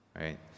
right